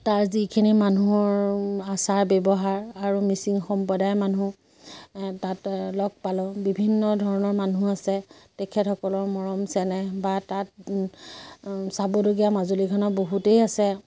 তাৰ যিখিনি মানুহৰ আচাৰ ব্যৱহাৰ আৰু মিচিং সম্প্ৰদায়ৰ মানুহ তাত লগ পালোঁ বিভিন্ন ধৰণৰ মানুহ আছে তেখেতসকলৰ মৰম চেনেহ বা তাত চাবলগীয়া মাজুলীখনৰ বহুতেই আছে